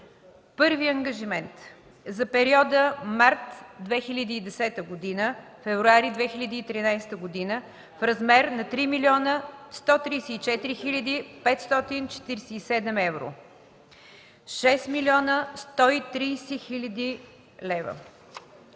първи ангажимент (за периода март 2010 г.-февруари 2013 г.) в размер на 3 млн. 134 хил. 547 евро (6 млн. 130 хил. лв.);